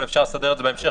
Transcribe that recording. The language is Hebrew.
אבל אפשר לסדר את זה בהמשך,